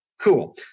Cool